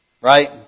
Right